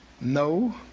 No